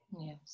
yes